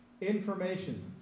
information